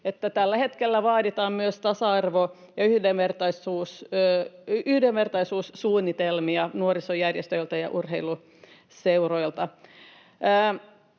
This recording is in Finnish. tällä hetkellä vaaditaan tasa-arvo- ja yhdenvertaisuussuunnitelmia myös nuorisojärjestöiltä ja urheiluseuroilta.